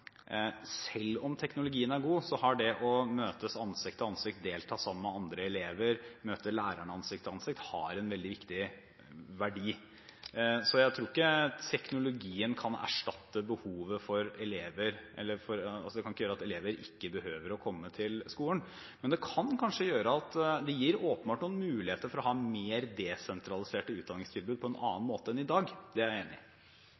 selv om teknologien er god, har det å møtes ansikt til ansikt, delta sammen med andre elever, møte læreren ansikt til ansikt, en veldig viktig verdi. Jeg tror ikke teknologien kan gjøre det slik at elever ikke behøver å komme til skolen, men det gir åpenbart noen muligheter for å ha flere desentraliserte utdanningstilbud på en annen måte enn i dag. Det er jeg enig i.